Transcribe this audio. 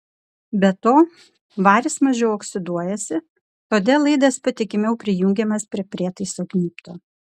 be to varis mažiau oksiduojasi todėl laidas patikimiau prijungiamas prie prietaiso gnybto